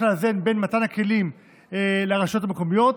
לאזן בין מתן כלים מרביים לרשויות המקומיות,